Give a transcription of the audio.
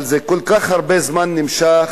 אבל זה כל כך הרבה זמן נמשך,